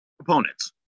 opponents